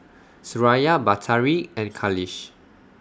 Suraya Batari and Khalish